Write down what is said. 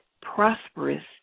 prosperous